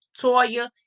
Toya